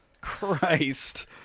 Christ